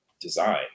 design